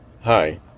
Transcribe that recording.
Hi